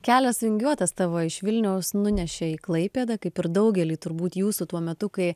kelias vingiuotas tavo iš vilniaus nunešė į klaipėdą kaip ir daugelį turbūt jūsų tuo metu kai